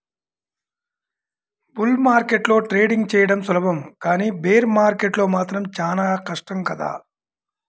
bull మార్కెట్లో trading చెయ్యడం సులభం కానీ బేర్ మార్కెట్లో మాత్రం చానా కష్టం కదా